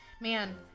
Man